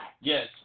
Yes